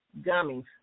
gummies